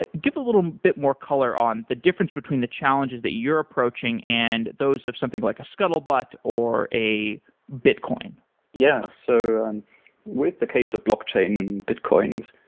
give a little bit more color on the difference between the challenges that you're approaching and those of something like a scuttlebot or a bitcoin yeah. so and with the case of blockchain and bitcoins,